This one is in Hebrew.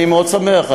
אני מאוד שמח.